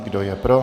Kdo je pro?